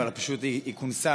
אבל פשוט היא כונסה,